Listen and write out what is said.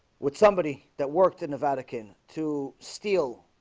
with somebody that worked in the vatican to steal